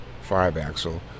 five-axle